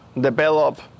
develop